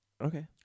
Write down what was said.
Okay